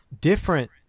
different